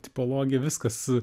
tipologija viskas